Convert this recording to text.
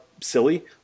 silly